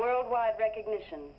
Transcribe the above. world wide recognition